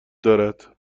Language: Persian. دارد